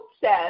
says